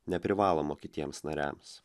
neprivalomo kitiems nariams